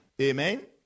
Amen